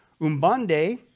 Umbande